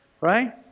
Right